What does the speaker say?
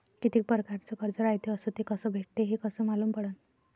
कितीक परकारचं कर्ज रायते अस ते कस भेटते, हे कस मालूम पडनं?